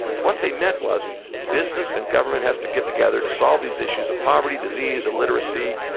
and what they meant was business and government has to get together to solve these issues of poverty, disease, illiteracy,